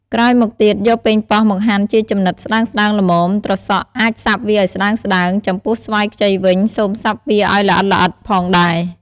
ក្រោយមកទៀត យកប៉េងប៉ោះមកហាន់ជាចំណិតស្តើងៗល្មម ត្រសក់ អាចសាប់វាឲ្យស្តើងៗ ចំពោះស្វាយខ្ចីវិញ សូមសាប់វាឲ្យល្អិតៗផងដែរ។